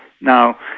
Now